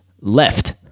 left